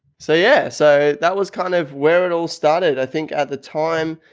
so yeah, so that was kind of where it all started. i think at the time,